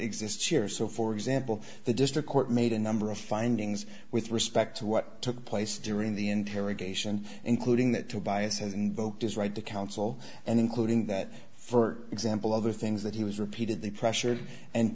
exists here so for example the district court made a number of findings with respect to what took place during the interrogation including that tobias has invoked his right to counsel and including that for example other things that he was repeatedly pressured and